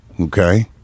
okay